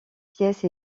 pièce